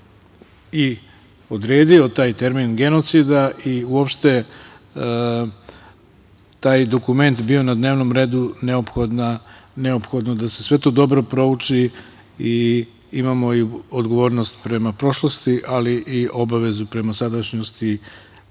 i odredio taj termin genocida, i uopšte taj dokument bio na dnevnom redu, neophodno je da se sve to dobro prouči. Imamo i odgovornost prema prošlosti ali i obavezu prema sadašnjosti